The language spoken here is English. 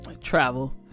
Travel